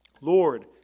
Lord